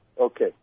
Okay